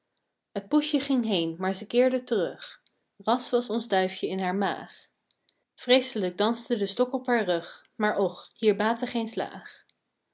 poesje ging heen maar ze keerde terug ras was ons duifje in haar maag vreeselijk danste de stok op haar rug maar och hier baatte geen slaag